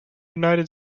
united